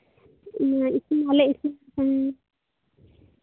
ᱤᱥᱤᱱᱟᱞᱮ ᱤᱥᱤᱱ ᱵᱟᱥᱟᱝᱼᱟᱞᱮ